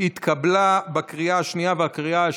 התקבלה בקריאה השנייה ובקריאה השלישית,